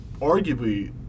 arguably